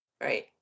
right